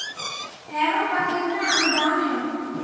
Harrow पर कितना अनुदान है?